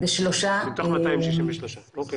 לא, אין לנו הוכחה שזה יהודים מול ערבים.